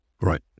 Right